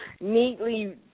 neatly